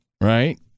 Right